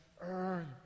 earn